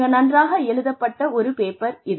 மிக நன்றாக எழுதப்பட்ட ஒரு பேப்பர் இது